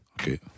Okay